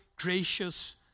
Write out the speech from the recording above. gracious